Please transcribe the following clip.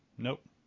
Nope